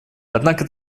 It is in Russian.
однако